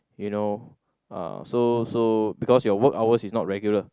you know uh so so because your work hours is not regular